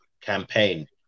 campaign